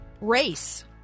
race